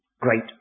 great